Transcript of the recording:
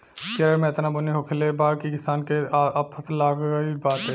केरल में एतना बुनी होखले बा की किसान के त आफत आगइल बाटे